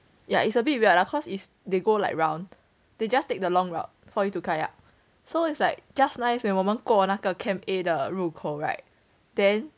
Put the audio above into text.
yeah it's a bit weird lah cause it's they go like round they just take the long route for you to kayak so it's like just nice when 我们过那个 camp A 的入口 right then